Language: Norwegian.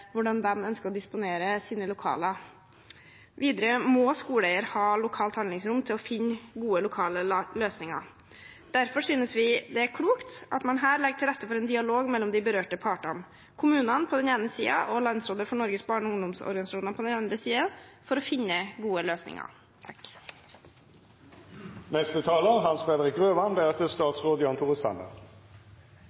hvordan de ønsker å disponere sine lokaler. Videre må skoleeier ha lokalt handlingsrom til å finne gode, lokale løsninger. Derfor synes vi det er klokt at man her legger til rette for en dialog mellom de berørte partene – kommunene på den ene siden og Landsrådet for Norges barne- og ungdomsorganisasjoner på den andre siden – for å finne gode løsninger.